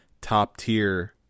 top-tier –